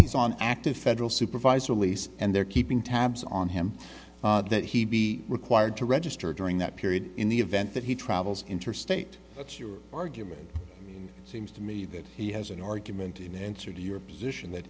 he's on active federal supervisor lease and they're keeping tabs on him that he be required to register during that period in the event that he travels interstate that's your argument seems to me that he has an argument in answer to your position that